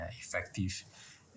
effective